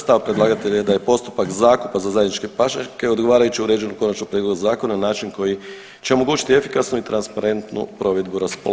Stav predlagatelja je da je postupak zakupa za zajedničke pašnjake odgovarajuće uređen u konačnom prijedlogu zakona na način koji će omogućiti efikasnu i transparentnu provedbu raspolaganja.